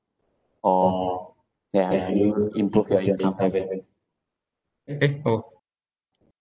or ya you improve your income level eh orh